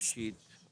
ראשית,